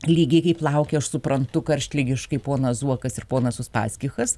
lygiai kaip laukia aš suprantu karštligiškai ponas zuokas ir ponas uspaskichas